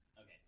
Okay